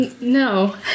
No